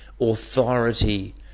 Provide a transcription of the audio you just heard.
authority